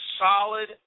solid